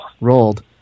rolled